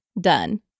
done